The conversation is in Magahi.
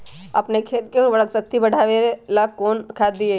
अपन खेत के उर्वरक शक्ति बढावेला कौन खाद दीये?